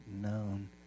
known